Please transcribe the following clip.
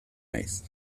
naiz